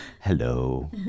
Hello